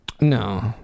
No